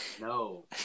no